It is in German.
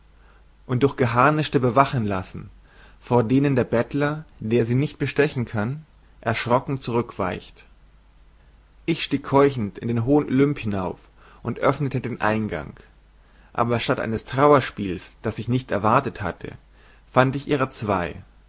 steht ein geharnischter mann bewachen lassen vor denen der bettler der sie nicht bestechen kann erschrocken zurückweicht ich stieg keuchend in den hohen olymp hinauf und öffnete den eingang aber statt eines trauerspiels das ich nicht erwartet hatte fand ich ihrer zwei